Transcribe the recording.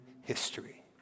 history